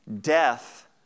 Death